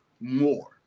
more